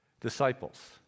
disciples